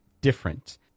different